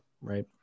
right